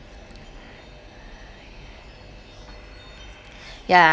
yeah